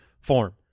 form